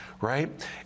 right